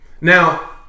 Now